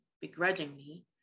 begrudgingly